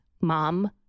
Mom